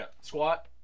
Squat